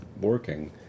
working